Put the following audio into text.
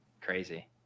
crazy